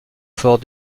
fort